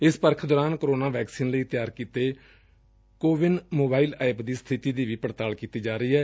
ਇਸ ਪਰਖ ਦੌਰਾਨ ਕੋਰੋਨਾ ਵੈਕਸੀਨ ਲਈ ਤਿਆਰ ਕੀਤੇ ਕੋ ਵਿਨ ਮੋਬਾਇਲ ਐਪ ਦੀ ਸਬਿਤੀ ਦੀ ਵੀ ਪੜਤਾਲ ਕੀਤੀ ਜਾ ਰਹੀ ਏ